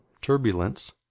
turbulence